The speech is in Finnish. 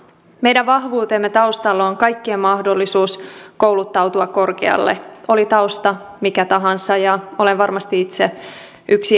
meidän vahvuutemme taustalla on kaikkien mahdollisuus kouluttautua korkealle oli tausta mikä tahansa ja olen varmasti itse yksi esimerkki siitä